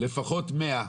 לפחות 100,